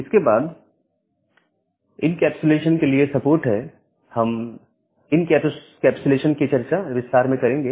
इसके बाद एनकैप्सूलेशन के लिए सपोर्ट है हम इन कैप्सूलेशन की चर्चा विस्तार में करेंगे